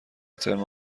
ترم